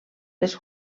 les